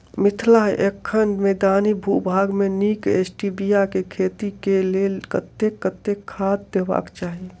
मिथिला एखन मैदानी भूभाग मे नीक स्टीबिया केँ खेती केँ लेल कतेक कतेक खाद देबाक चाहि?